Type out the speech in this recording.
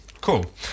Cool